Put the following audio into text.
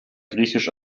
griechisch